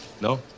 No